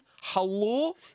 Hello